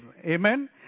Amen